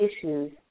issues